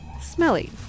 Smelly